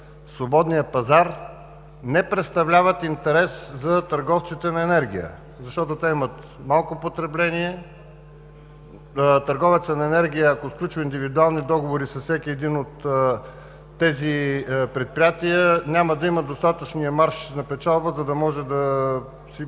свободния пазар, не представляват интерес за търговците на енергия, защото те имат малко потребление. Търговецът на енергия, ако сключва индивидуални договори с всяко едно от тези предприятия, няма да има достатъчния марш на печалба, за да може –